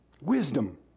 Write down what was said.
Wisdom